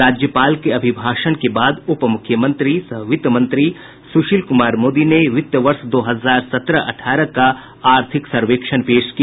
राज्यपाल के अभिभाषण के बाद उप मुख्यमंत्री सह वित्त मंत्री सुशील कुमार मोदी ने वित्त वर्ष दो हजार सत्रह अठारह का आर्थिक सर्वेक्षण पेश किया